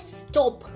stop